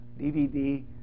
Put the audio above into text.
DVD